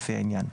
לפי העניין,